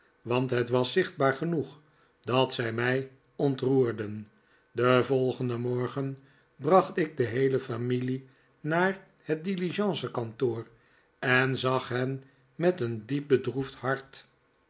want het was zichtbaar genoeg dat zij mij ontroerden den volgenden morgen bracht ik de heele familie naar het diligence kantoor en zag hen met een diep bedroefd hart